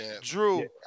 Drew